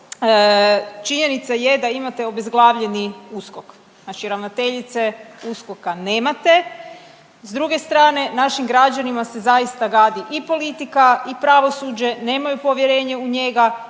činjenica je da imate obezglavljeni USKOK, znači ravnateljice USKOK-a nemate. S druge strane našim građanima se zaista gadi i politika i pravosuđe, nemaju povjerenje u njega,